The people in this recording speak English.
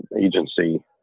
agency